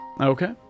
Okay